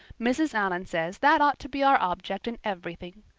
mrs. allan says that ought to be our object in everything.